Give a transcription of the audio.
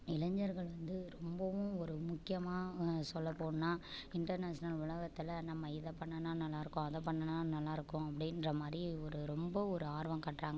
இளைஞர்கள் வந்து ரொம்பவும் ஒரு முக்கியமாக சொல்லப் போனால் இன்டர்நேஷனல் உலகத்தில் நம்ம இதைப் பண்ணுணா நல்லா இருக்கும் அதைப் பண்ணுணா நல்லாருக்கும் அப்படின்ற மாதிரி ஒரு ரொம்ப ஒரு ஆர்வம் காட்டுறாங்க